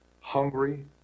hungry